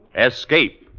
Escape